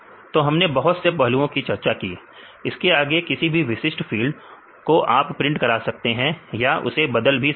तो हमने बहुत से पहलुओं की चर्चा की इसके आगे किसी भी विशिष्ट फील्ड को आप प्रिंट करा सकते हैं या उसे बदल भी सकते हैं